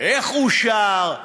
איך אושר,